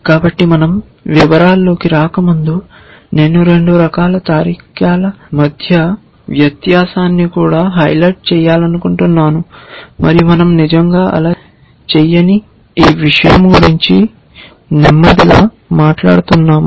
కాబట్టి మన০ వివరాల్లోకి రాకముందు నేను 2 రకాల తార్కికాల మధ్య వ్యత్యాసాన్ని కూడా హైలైట్ చేయాలనుకుంటున్నాను మరియు మనం నిజంగా అలా చేయని ఈ విషయం గురించి నెమ్మదిగా మాట్లాడుతున్నాము